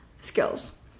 skills